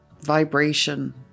vibration